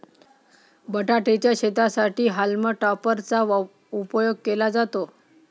बटाटे च्या शेतीसाठी हॉल्म टॉपर चा उपयोग केला जातो